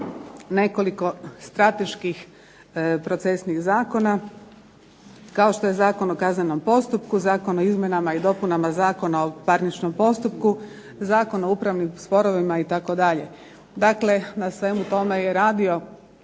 nekoliko strateških procesnih zakona. Kao što je Zakon o kaznenom postupku, Zakon o izmjenama i dopunama Zakona o parničnom postupku, Zakon o upravnim sporovima itd. Dakle, na svemu tome je radio